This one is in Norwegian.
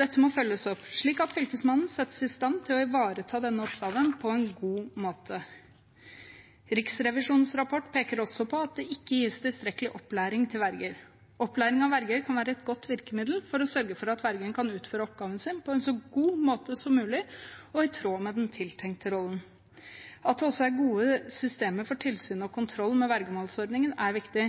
Dette må følges opp, slik at Fylkesmannen settes i stand til å ivareta denne oppgaven på en god måte. Riksrevisjonens rapport peker også på at det ikke gis tilstrekkelig opplæring til verger. Opplæring av verger kan være et godt virkemiddel for å sørge for at vergen kan utføre oppgaven sin på en så god måte som mulig og i tråd med den tiltenkte rollen. At det også er gode systemer for tilsyn og kontroll med vergemålsordningen, er viktig.